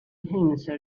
immerse